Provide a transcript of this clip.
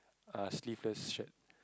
uh sleeveless shirt